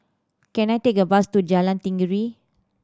can I take a bus to Jalan Tenggiri